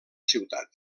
ciutat